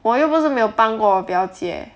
我又不是没有帮过我表姐